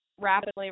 rapidly